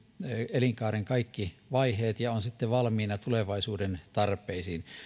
elinkaaren kaikki vaiheet ja on sitten valmiina tulevaisuuden tarpeisiin